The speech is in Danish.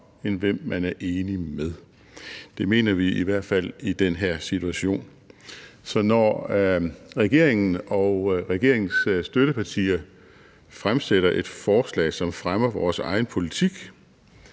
end hvem man er enige med. Det mener vi i hvert fald i den her situation. Så når regeringens støttepartier fremsætter et forslag, som fremmer vores egen politik,